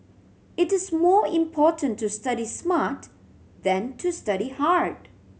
it is more important to study smart than to study hard